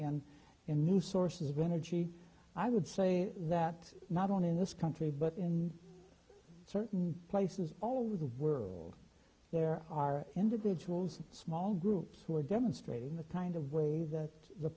and in new sources of energy i would say that not only in this country but in certain places all over the world there are individuals and small groups who are demonstrating the kind of way that the